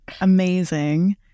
Amazing